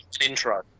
intro